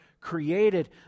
created